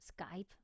Skype